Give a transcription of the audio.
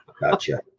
Gotcha